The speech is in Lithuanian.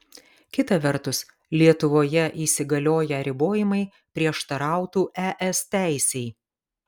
kita vertus lietuvoje įsigalioję ribojimai prieštarautų es teisei